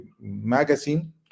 magazine